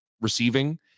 receiving